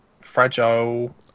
fragile